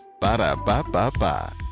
Ba-da-ba-ba-ba